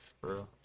bro